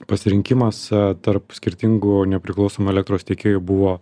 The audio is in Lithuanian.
pasirinkimas tarp skirtingų nepriklausomų elektros tiekėjų buvo